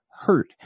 hurt